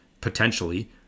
potentially